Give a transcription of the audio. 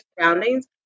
surroundings